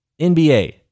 NBA